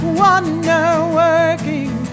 wonder-working